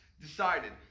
decided